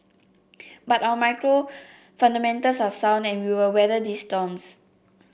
but our macro fundamentals are sound and we will weather these storms